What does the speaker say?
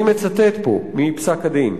אני מצטט פה מפסק-הדין: